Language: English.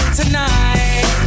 tonight